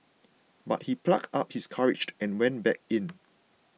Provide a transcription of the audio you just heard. but he plucked up his courage and went back in